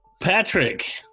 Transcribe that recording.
Patrick